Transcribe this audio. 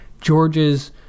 George's